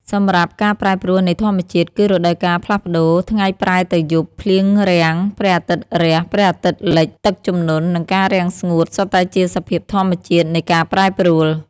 សម្រាប់ ការប្រែប្រួលនៃធម្មជាតិ គឺរដូវកាលផ្លាស់ប្ដូរ ថ្ងៃប្រែទៅយប់ ភ្លៀងរាំង ព្រះអាទិត្យរះ ព្រះអាទិត្យលិច ទឹកជំនន់ និងការរាំងស្ងួត សុទ្ធតែជាសភាពធម្មជាតិនៃការប្រែប្រួល។